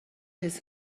his